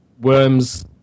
Worms